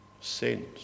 Saints